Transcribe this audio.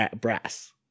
brass